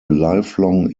lifelong